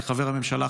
כחבר הממשלה,